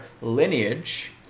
lineage